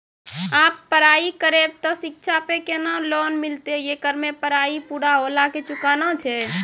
आप पराई करेव ते शिक्षा पे केना लोन मिलते येकर मे पराई पुरा होला के चुकाना छै?